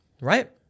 right